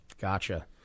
Gotcha